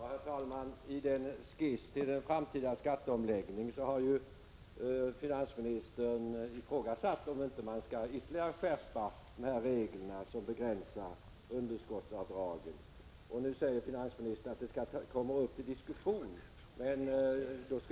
Herr talman! I sin skiss till en framtida skatteomläggning har finansministern ställt frågan om man inte ytterligare bör skärpa de regler som begränsar underskottsavdragen. Nu säger finansministern att detta kommer upp till diskussion.